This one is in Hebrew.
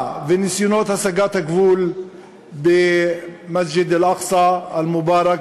וניסיונות הסגת הגבול במסג'ד אל-אקצא אל-מובארכ,